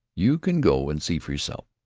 you can go and see for yourself.